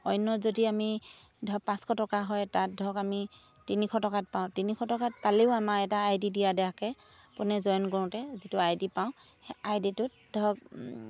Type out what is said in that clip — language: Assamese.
অন্য যদি আমি ধৰক পাঁচশ টকা হয় তাত ধৰক আমি তিনিশ টকাত পাওঁ তিনিশ টকাত পালেও আমাৰ এটা আই ডি দিয়া থাকে পোনেই জইন কৰোঁতে যিটো আই ডি পাওঁ সেই আই ডিটোত ধৰক